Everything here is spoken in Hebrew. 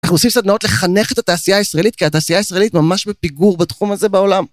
אנחנו עושים סדנאות לחנך את התעשייה הישראלית, כי התעשייה הישראלית ממש בפיגור בתחום הזה בעולם.